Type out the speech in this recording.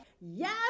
Yes